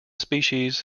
species